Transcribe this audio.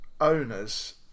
owners